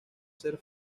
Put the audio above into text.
ser